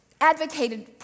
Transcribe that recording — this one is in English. advocated